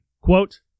Quote